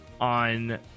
on